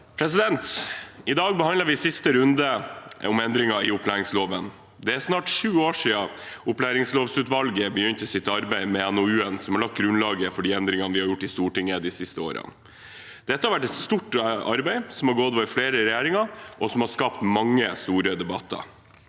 I dag behandler vi siste runde om endringer i opplæringsloven. Det er snart sju år siden opplæringslovutvalget begynte sitt arbeid med NOU-en som har lagt grunnlaget for de endringene vi har gjort i Stortinget de siste årene. Dette har vært et stort arbeid, som har gått over flere regjeringer, og som har skapt mange store debatter.